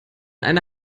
eine